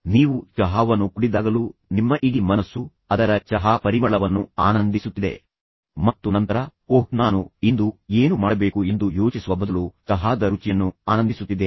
ನೀವು ಚಹಾವನ್ನು ಕುಡಿದಾಗಲೂ ನಿಮ್ಮ ಇಡೀ ಮನಸ್ಸು ಅದರ ಚಹಾ ಪರಿಮಳವನ್ನು ಆನಂದಿಸುತ್ತಿದೆ ಮತ್ತು ನಂತರ ಓಹ್ ನಾನು ಇಂದು ಏನು ಮಾಡಬೇಕು ಎಂದು ಯೋಚಿಸುವ ಬದಲು ಚಹಾದ ರುಚಿಯನ್ನು ಆನಂದಿಸುತ್ತಿದ್ದೇನೆ